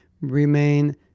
remain